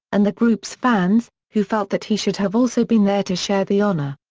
and the group's fans, who felt that he should have also been there to share the honor.